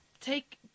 take